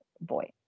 boy